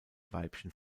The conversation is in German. weibchen